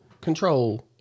control